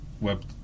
web